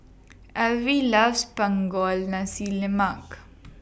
Alvie loves Punggol Nasi Lemak